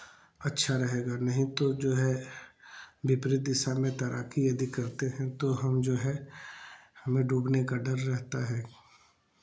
अच्छा रहेगा नहीं तो जो है विपरीत दिशा में तैराकी यदि करते हैं तो हम जो है हमें डूबने का डर रहता है